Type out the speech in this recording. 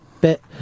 bit